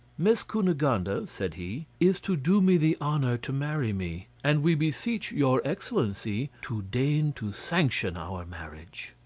miss cunegonde, ah said he, is to do me the honour to marry me, and we beseech your excellency to deign to sanction our marriage.